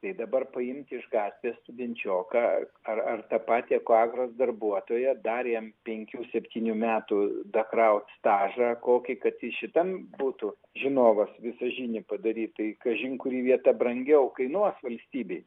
jei dabar paimti iš gatvės studenčioką ar patį ekoagros darbuotoją dar jam penkių septynių metų dakraut stažą kokį kad jis šitam būtų žinovas visažinį padaryt tai kažin kuri vieta brangiau kainuos valstybei